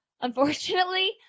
unfortunately